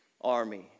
army